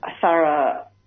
thorough